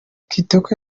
kitoko